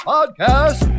Podcast